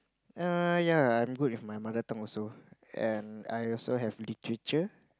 err yea good with my mother tongue also and I also have literature